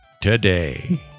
today